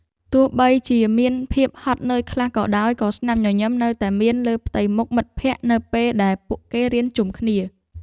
ទោះបីជាមានភាពហត់នឿយខ្លះក៏ដោយក៏ស្នាមញញឹមនៅតែមានលើផ្ទៃមុខមិត្តភក្តិនៅពេលដែលពួកគេរៀនជុំគ្នា។